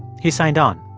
he signed on,